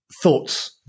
thoughts